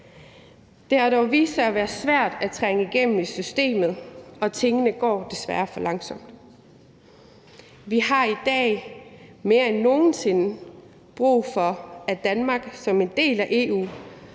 Det har dog vist sig at være svært at trænge igennem i systemet, og tingene går desværre for langsomt. Vi har i dag mere end nogen sinde brug for, at Danmark som en del af EU